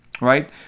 right